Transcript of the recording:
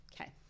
Okay